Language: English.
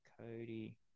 Cody